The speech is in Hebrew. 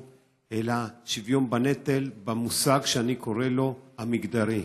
אלא שוויון בנטל במובן שאני קורא לו "המגדרי".